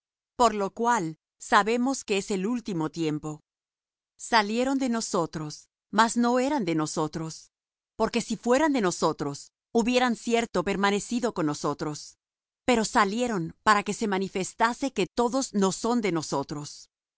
por lo cual sabemos que es el último tiempo salieron de nosotros mas no eran de nosotros porque si fueran de nosotros hubieran cierto permanecido con nosotros pero salieron para que se manifestase que todos no son de nosotros